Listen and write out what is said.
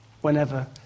whenever